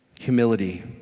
Humility